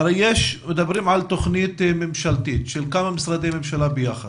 מדברים על תוכנית ממשלתית של כמה משרדי ממשלה ביחד.